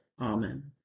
Amen